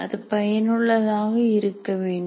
அது பயனுள்ளதாக இருக்க வேண்டும்